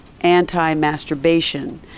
anti-masturbation